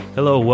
Hello